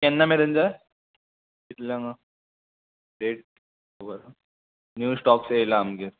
केन्ना मेरेन जाय कितल्यांक डेट बरें न्यू स्टॉक्स येयला आमगेर